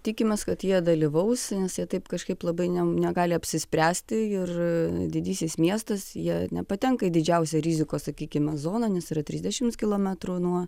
tikimės kad jie dalyvaus nes jie taip kažkaip labai ne negali apsispręsti ir didysis miestas jie nepatenka į didžiausią rizikos sakykime zoną nes yra trisdešimts kilometrų nuo